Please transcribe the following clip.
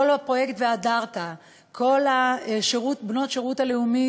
כל פרויקט "והדרת"; בנות השירות הלאומי,